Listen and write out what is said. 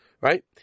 Right